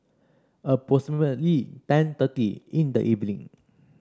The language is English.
approximately ten thirty in the evening